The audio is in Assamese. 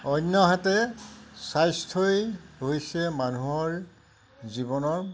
অন্যহাতে স্বাস্থ্যই হৈছে মানুহৰ জীৱনৰ